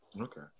Okay